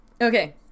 Okay